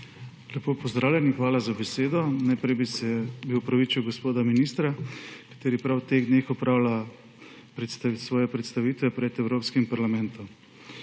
Lepo pozdravljeni! Hvala za besedo. Najprej bi opravičil gospa ministra, ki prav v teh dneh opravlja svoje predstavitve pred evropskim parlamentom.